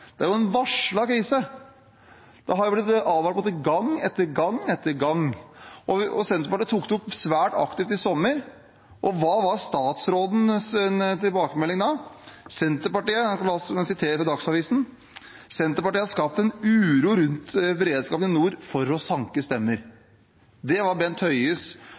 Det er blitt advart mot det gang etter gang etter gang. Senterpartiet tok det opp svært aktivt i sommer, og hva var statsrådens tilbakemelding da? La meg sitere fra Dagsavisen: «Senterpartiet har skapt uro om beredskapen i nord for å sanke stemmer.» Det var Bent Høies